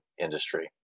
industry